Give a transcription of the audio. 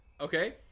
Okay